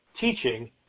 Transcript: teaching